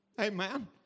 Amen